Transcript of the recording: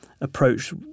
approach